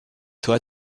toi